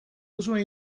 duzue